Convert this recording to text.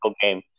game